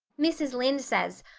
mrs. lynde says,